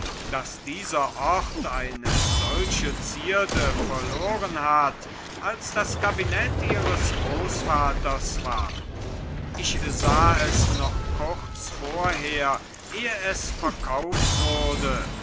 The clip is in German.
daß dieser ort eine solche zierde verloren hat als das kabinett ihres großvaters war ich sah es noch kurz vorher ehe es verkauft wurde